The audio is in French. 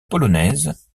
polonaise